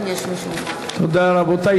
רבותי.